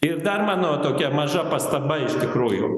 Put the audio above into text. ir dar mano tokia maža pastaba iš tikrųjų